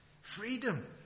Freedom